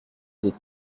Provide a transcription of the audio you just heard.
des